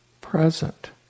present